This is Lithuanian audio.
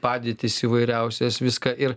padėtis įvairiausias viską ir